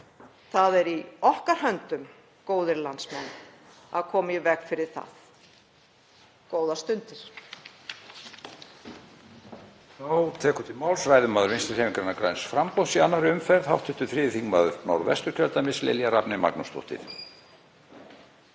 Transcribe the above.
Það er í okkar höndum, kæru landsmenn, að koma í veg fyrir það. — Góðar stundir.